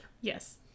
Yes